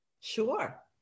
Sure